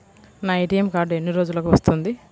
నా ATM card ఎన్ని రోజులకు వస్తుంది?